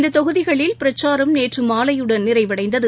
இந்ததொகுதிகளில் பிரச்சாரம் நேற்றுமாலையுடன் நிறைவடைந்தது